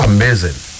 Amazing